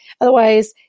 Otherwise